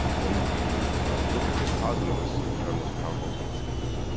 when we look at the cosmos, with our most powerful telescopes.